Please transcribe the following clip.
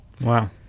Wow